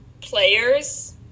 players